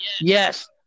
Yes